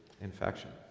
infection